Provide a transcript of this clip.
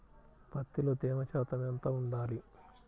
పత్తిలో తేమ శాతం ఎంత ఉండాలి?